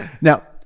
now